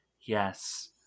Yes